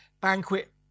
banquet